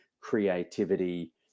creativity